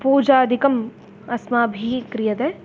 पूजादिकम् अस्माभिः क्रियते